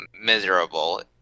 miserable